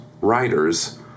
writers